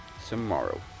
tomorrow